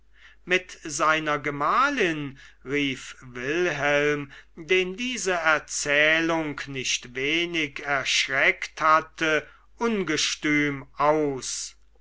mit seiner gemahlin rief wilhelm den diese erzählung nicht wenig erschreckt hatte ungestüm aus